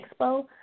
Expo